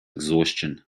exhaustion